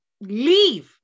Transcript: leave